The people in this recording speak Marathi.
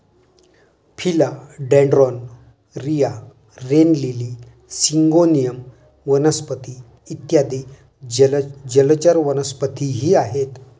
फिला डेन्ड्रोन, रिया, रेन लिली, सिंगोनियम वनस्पती इत्यादी जलचर वनस्पतीही आहेत